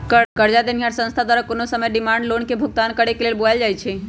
करजा देनिहार संस्था द्वारा कोनो समय डिमांड लोन के भुगतान करेक लेल बोलायल जा सकइ छइ